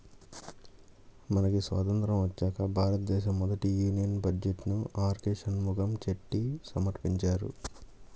మనకి స్వతంత్రం వచ్చాక భారతదేశ మొదటి యూనియన్ బడ్జెట్ను ఆర్కె షణ్ముఖం చెట్టి సమర్పించారు